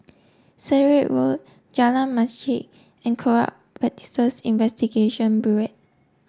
Sirat Road Jalan Masjid and Corrupt Practices Investigation Bureau